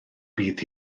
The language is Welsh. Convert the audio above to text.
bydd